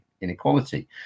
inequality